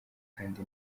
kandi